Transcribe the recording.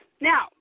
Now